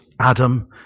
Adam